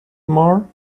mar